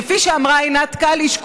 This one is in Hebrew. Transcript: כפי שאמרה עינת קליש,